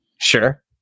sure